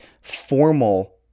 formal